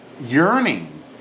yearning